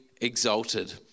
exalted